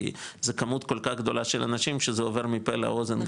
כי זה כמות כל כך גדולה של אנשים שזה עובר מפה לאוזן,